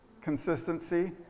consistency